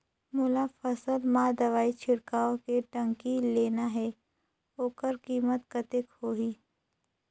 मोला फसल मां दवाई छिड़काव के टंकी लेना हे ओकर कीमत कतेक होही?